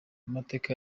amateka